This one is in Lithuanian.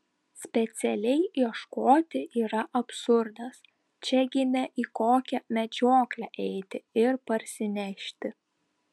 specialiai ieškoti yra absurdas čia gi ne į kokią medžioklę eiti ir parsinešti